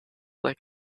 like